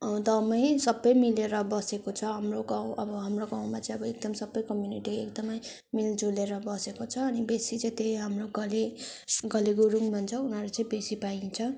दमाई सबै मिलेर बसेको छ हाम्रो गाउँ अब हाम्रो गाउँमा चाहिँ अब एकदम सबै कम्युनिटी एकदमै मिलजुलेर बसेको छ अनि बेसी चाहिँ त्यही हाम्रो घले घले गुरुङ भन्छ उनीहरू चाहिँ बेसी पाइन्छ